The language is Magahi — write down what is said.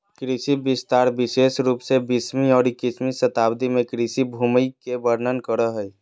कृषि विस्तार विशेष रूप से बीसवीं और इक्कीसवीं शताब्दी में कृषि भूमि के वर्णन करो हइ